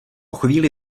chvíli